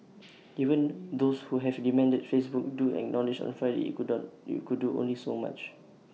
even those who have demanded Facebook do acknowledged on Friday IT could do only so much